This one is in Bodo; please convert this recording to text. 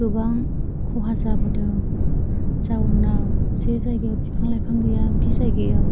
गोबां खहा जाबोदों जाउनाव जे जायगायाव बिफां लाइफां गैया बि जायगायाव